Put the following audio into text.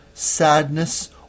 sadness